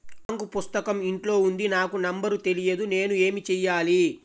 Bank పుస్తకం ఇంట్లో ఉంది నాకు నంబర్ తెలియదు నేను ఏమి చెయ్యాలి?